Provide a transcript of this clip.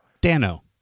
Dano